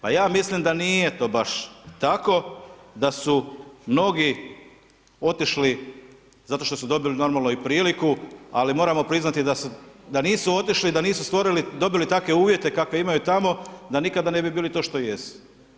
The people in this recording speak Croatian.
Pa ja mislim da nije da nije to baš tako da su mnogi otišli zato što su dobili normalno i priliku, ali moramo priznati da nisu otišli, da nisu dobili takve uvjete kakve imaju tamo da nikada ne bi bili to što jesu.